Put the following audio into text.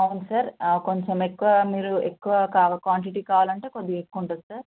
అవును సార్ కొంచెం ఎక్కువ మీరు ఎక్కువ కా క్వాంటిటీ కావాలంటే కొద్దిగా ఎక్కువ ఉంటుంది సార్